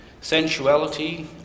sensuality